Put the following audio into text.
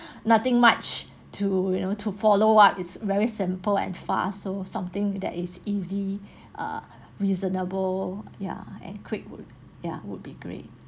nothing much to you know to follow what is very simple and fast so something that is easy ah reasonable ya and quick would ya would be great